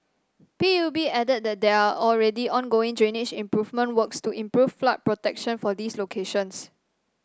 P U B added that there are already ongoing drainage improvement works to improve flood protection for these locations